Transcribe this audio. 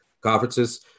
conferences